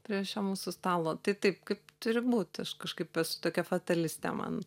prie šio mūsų stalo tai taip kaip turi būti kažkaip esu tokia fataliste man